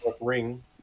ring